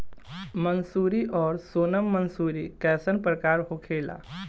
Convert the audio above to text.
मंसूरी और सोनम मंसूरी कैसन प्रकार होखे ला?